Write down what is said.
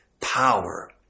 power